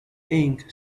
ink